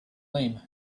lame